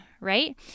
right